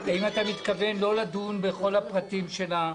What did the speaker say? האם אתה מתכוון לא לדון בכל הפרטים של החוק?